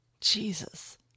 Jesus